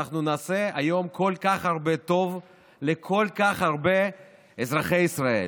היום נעשה כל כך הרבה טוב לכל כך הרבה אזרחי ישראל.